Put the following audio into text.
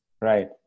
Right